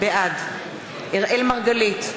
בעד אראל מרגלית,